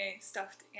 stuffed